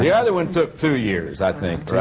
the other one took two years, i think,